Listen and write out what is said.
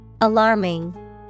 alarming